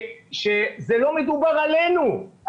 לא מדובר עלינו,